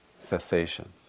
cessation